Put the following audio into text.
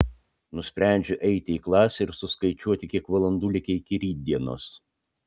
nusprendžiu eiti į klasę ir suskaičiuoti kiek valandų likę iki rytdienos